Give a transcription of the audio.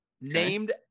named